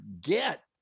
get